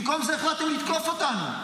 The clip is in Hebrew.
במקום זה החלטתם לתקוף אותנו.